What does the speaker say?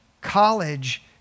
college